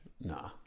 Nah